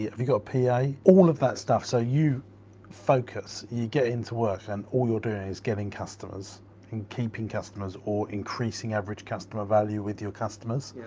yeah you got a pa? all of that stuff, so you focus, you get into work and all you're doing is giving customers and keeping customers or increasing average customer value with your customers. yeah.